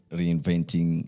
reinventing